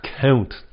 count